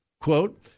Quote